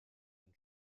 and